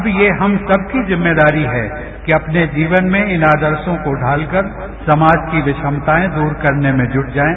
अब ये हम सबकी जिम्मेदारी है कि अपने जीवन में इन आदर्शो को ढालकर समाज की विषमताएं दूर करने में जुट जाएं